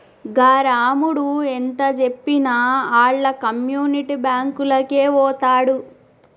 గా రామడు ఎంతజెప్పినా ఆళ్ల కమ్యునిటీ బాంకులకే వోతడు